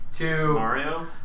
Mario